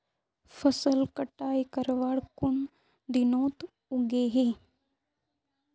फसल कटाई करवार कुन दिनोत उगैहे?